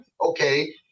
okay